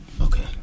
Okay